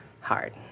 hard